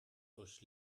durch